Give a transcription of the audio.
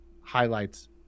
highlights